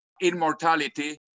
immortality